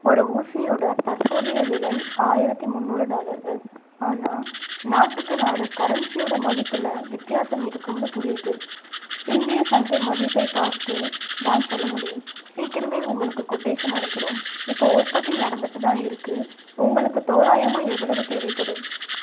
ஒரு ஊசியோடய தற்போதைய விலை ஆயிரத்தி முந்நூறு டாலர்கள் ஆனால் நாட்டுக்கு நாடு கரன்சியோடய மதிப்பில் வித்தியாசம் இருக்கும்னு புரியுது இந்திய சந்தை மதிப்பைப் பார்த்துதான் சொல்ல முடியும் சீக்கிரமே உங்களுக்கு கொட்டேஷன் அனுப்புகிறோம் இப்போது உற்பத்தி நடந்துகிட்டுதான் இருக்குது உங்களுக்கு தோராயமாக எவ்வளவு தேவைப்படும்